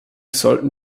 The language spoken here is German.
sollten